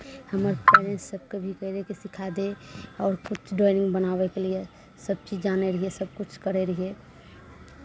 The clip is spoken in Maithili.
हमर फ्रेण्ड सबके भी कहै रहै तऽ सिखा दे और कुछ ड्राइंग बनाबैके लिए सभकिछु जानै रहियै सभकिछु करै रहियै